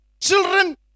children